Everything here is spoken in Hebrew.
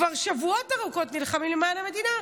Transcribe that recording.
כבר שבועות ארוכים נלחמות למען המדינה,